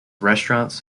restaurants